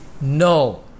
no